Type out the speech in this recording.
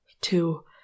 two